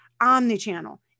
omni-channel